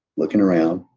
looking around,